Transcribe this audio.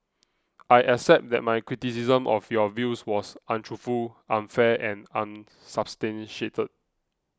I accept that my criticism of your views was untruthful unfair and unsubstantiated